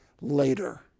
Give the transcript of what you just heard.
later